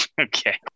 okay